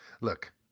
Look